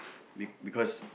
be~ because